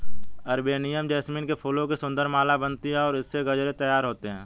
Arabian jasmine के फूलों की सुंदर माला बनती है और इससे गजरे तैयार होते हैं